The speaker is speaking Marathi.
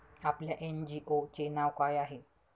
आपल्या एन.जी.ओ चे नाव काय आहे?